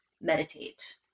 meditate